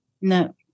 No